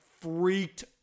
freaked